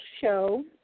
show